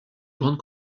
grandes